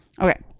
Okay